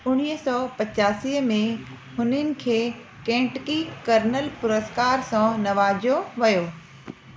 उणिवीह सौ पंचासीअ में हुननि खे केंटकी कर्नल पुरस्कार सां नवाज़ियो वियो